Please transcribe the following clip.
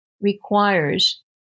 requires